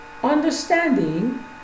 understanding